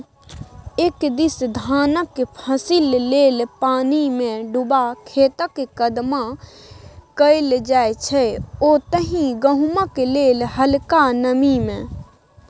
एक दिस धानक फसिल लेल पानिमे डुबा खेतक कदबा कएल जाइ छै ओतहि गहुँमक लेल हलका नमी मे